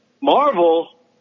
Marvel